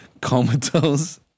comatose